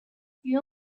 you